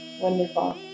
Wonderful